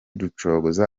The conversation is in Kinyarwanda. rucogoza